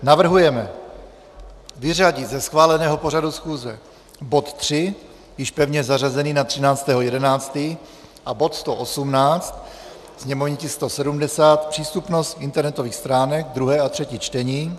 Navrhujeme vyřadit ze schváleného pořadu schůze: bod 3 již pevně zařazený na 13. 11. a bod 118, sněmovní tisk 170, přístupnost internetových stránek, 2. a 3. čtení.